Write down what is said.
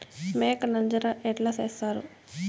మేక నంజర ఎట్లా సేస్తారు?